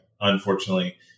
unfortunately